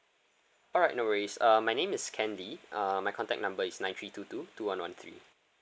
alright no worries uh my name is ken lee uh my contact number is nine three two two two one one three